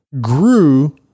grew